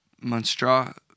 Monstrous